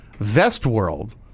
Vestworld